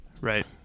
Right